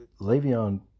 Le'Veon